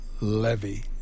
levy